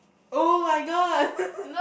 oh-my-god